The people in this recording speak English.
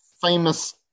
famous